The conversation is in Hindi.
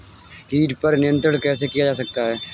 कीट पर नियंत्रण कैसे किया जा सकता है?